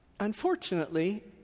Unfortunately